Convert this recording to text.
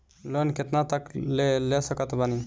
Loan कितना तक ले सकत बानी?